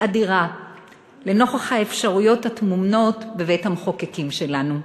אדירה לנוכח האפשרויות הטמונות בבית-המחוקקים שלנו.